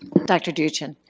dr. duchin?